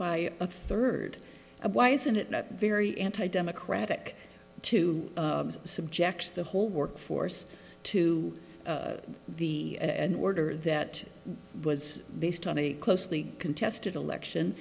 by a third of why isn't it not very anti democratic to subjects the whole workforce to the order that was based on a closely contested election